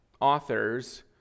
authors